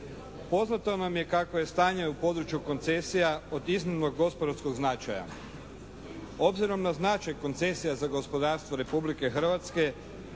Poznato nam je kakvo je stanje u području koncesija od iznimnog gospodarskog značaja. Obzirom na značaj koncesija za gospodarstvo Republike Hrvatske